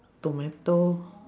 tomato